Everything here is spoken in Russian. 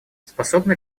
способны